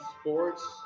sports